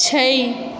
छै